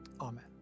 Amen